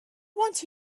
want